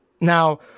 now